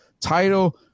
title